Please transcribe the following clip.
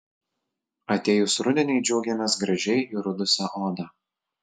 atėjus rudeniui džiaugiamės gražiai įrudusia oda